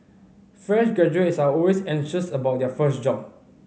fresh graduates are always anxious about their first job